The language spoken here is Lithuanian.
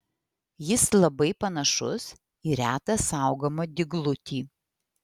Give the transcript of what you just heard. jis labai panašus į retą saugomą dyglutį